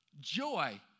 joy